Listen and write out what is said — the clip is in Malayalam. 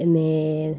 പിന്നെ